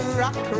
rock